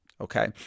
okay